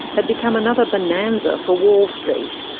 had become another bonanza for wall street.